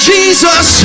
Jesus